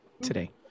today